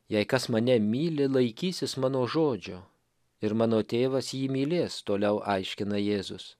jei kas mane myli laikysis mano žodžio ir mano tėvas jį mylės toliau aiškina jėzus